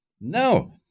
No